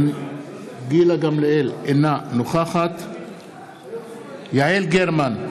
אינה נוכחת יעל גרמן,